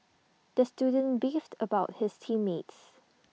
the student beefed about his team mates